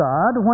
God